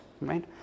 right